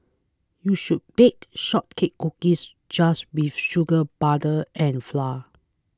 you should bake shortcake cookies just with sugar butter and flour